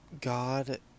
God